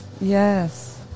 Yes